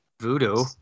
voodoo